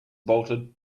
bolted